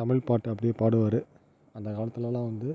தமிழ் பாட்டை அப்படியே பாடுவார் அந்த காலத்திலலாம் வந்து